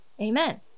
Amen